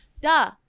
Duh